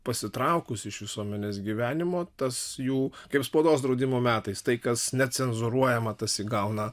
pasitraukus iš visuomenės gyvenimo tas jų kaip spaudos draudimo metais tai kas necenzūruojama tas įgauna